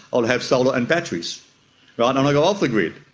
i'll have solar and batteries but and i'll go off the grid,